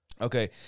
Okay